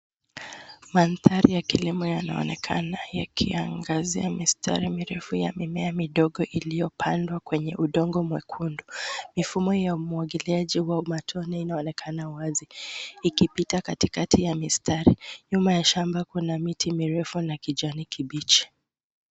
Mandhari ya kilimo yanaonekana yakiangazia mistari mirefu ya mimea midogo iliyopandwa kwenye udongo mwekundu. Mifumo ya umwagiliaji wa matone inaonekana wazi, ikipita katikati ya mistari. Nyuma ya shamba kuna miti mirefu na kijani kibichi.